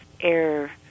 air